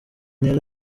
yari